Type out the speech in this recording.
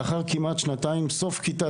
לאחר כמעט שנתיים לקראת כמעט סוף כיתה